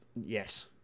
Yes